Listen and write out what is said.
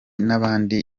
n’abandi